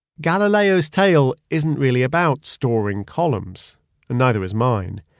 galileo's tale isn't really about storing columns and neither is mine.